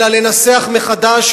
אלא לנסח מחדש,